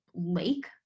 lake